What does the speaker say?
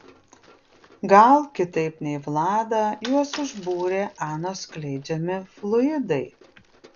gal kitaip nei vladą juos užbūrė anos skleidžiami fluidai